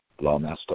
Lawmaster